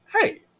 hey